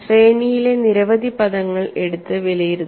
ശ്രേണിയിലെ നിരവധി പദങ്ങൾ എടുത്ത് വിലയിരുത്തുക